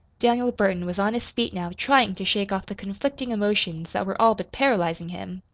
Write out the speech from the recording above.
daniel burton was on his feet now trying to shake off the conflicting emotions that were all but paralyzing him.